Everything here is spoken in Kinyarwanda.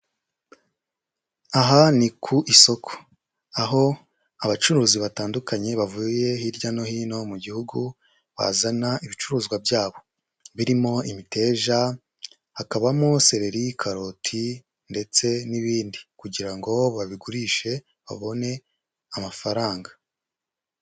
Aha ni ku isoko aho abacuruzi batandukanye bavuye hirya no hino mu gihugu bazana ibicuruzwa byabo birimo imiteja, hakabamo seleri, karoti, ndetse n'ibindi kugira ngo babigurishe babone amafaranga.